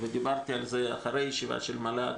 דיברתי על זה אחרי הישיבה של מל"ג